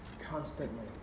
constantly